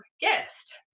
guest